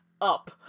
up